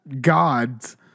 God's